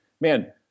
man